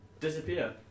disappear